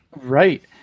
Right